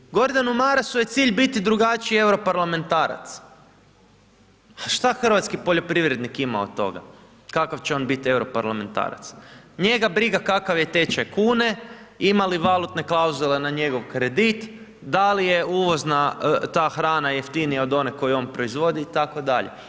Znači, Gordanu Marasu je cilj biti drugačiji europarlamentarac, a šta hrvatski poljoprivrednik ima od toga, kakav će on biti europarlamentarac, njega briga kakav je tečaj kune, ima li valutne klauzule na njegov kredit, da li je uvozna ta hrana jeftinija od one koju on proizvodi itd.